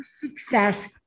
Success